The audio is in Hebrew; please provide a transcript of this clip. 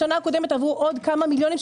בשנה הקודמת עברו עוד כמה מיליונים,